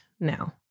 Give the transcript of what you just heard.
now